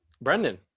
Brendan